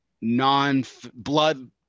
non-blood